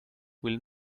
will